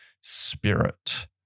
spirit